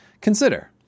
Consider